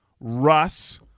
Russ